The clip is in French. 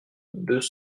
deux